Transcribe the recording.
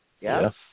Yes